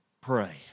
pray